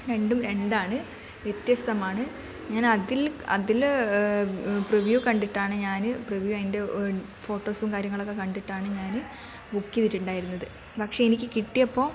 രണ്ടും രണ്ടാണ് വ്യത്യസ്തമാണ് ഞാൻ അതിൽ അതിൽ പ്രിവ്യു കണ്ടിട്ടാണ് ഞാൻ പ്രിവ്യു അതിന്റെ ഫോട്ടോസും കാര്യങ്ങളൊക്കെ കണ്ടിട്ടാണ് ഞാൻ ബുക്ക് ചെയ്തിട്ടുണ്ടായിരുന്നത് പക്ഷെ എനിക്ക് കിട്ടിയപ്പോൾ